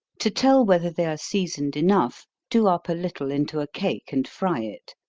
to tell whether they are seasoned enough, do up a little into a cake, and fry it.